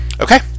okay